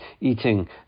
eating